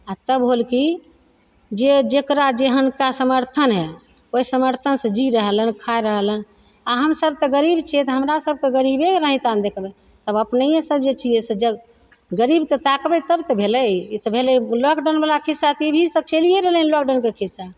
आओर तब होल की जे जेकरा जेहेनका समर्थन हइ ओइ समर्थनसँ जी रहल हन खाय रहल हन आओर हम सब तऽ गरीब छियै तऽ हमरा सबके गरीबे नहिता ने देखबय तब अपनैये सब जे छियै से जब गरीबके ताकबय तब तऽ भेलय ई तऽ भेलय लॉकडाउनवला खिस्सा तऽ ई भी सब चलिये रहलय हन लॉकडाउनके खिस्सा